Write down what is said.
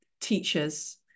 teachers